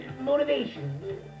Motivation